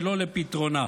ולא לפתרונה.